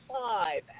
five